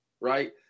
right